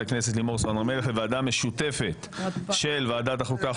הכנסת לימור סון הר מלך לוועדה משותפת של ועדת החוקה,